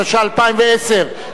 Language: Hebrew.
התשע"א 2010,